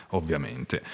ovviamente